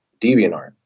DeviantArt